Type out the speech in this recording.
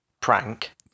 prank